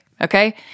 okay